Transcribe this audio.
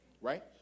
right